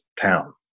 town